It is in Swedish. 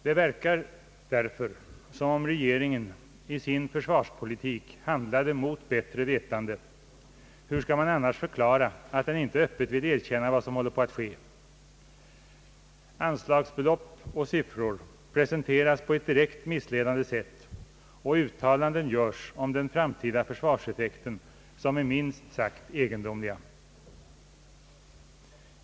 Det verkar därför som om regeringen i sin försvarspolitik handlar mot bättre vetande. Hur skall man annars förklara att den inte öppet vill erkänna vad som håller på att ske. Anslagsbelopp och siffror presenteras på ett direkt missledande sätt, och uttalanden görs om den framtida försvarseffekten som är minst sagt egendomliga.